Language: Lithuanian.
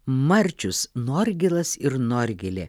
marčius norgilas ir norgilė